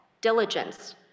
diligence